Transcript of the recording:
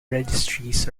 registries